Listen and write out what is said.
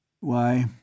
Why